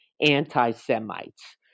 anti-Semites